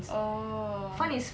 oh